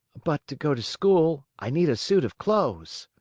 but to go to school i need a suit of clothes.